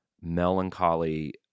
melancholy